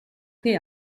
che